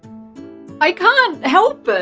i can't help it!